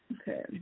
Okay